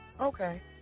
Okay